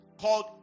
called